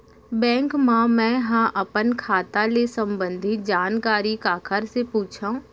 Bank मा मैं ह अपन खाता ले संबंधित जानकारी काखर से पूछव?